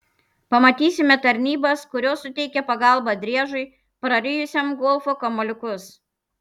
pamatysime tarnybas kurios suteikia pagalbą driežui prarijusiam golfo kamuoliukus